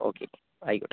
okay ആയിക്കോട്ടെ